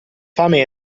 fame